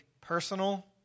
personal